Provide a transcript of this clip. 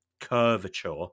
curvature